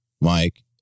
Mike